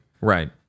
Right